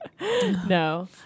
No